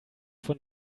von